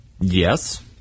Yes